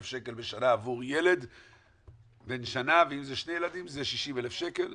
שקל בשנה עבור ילד בן שנה ואם זה שני ילדים זה 60,000 שקל,